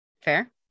Fair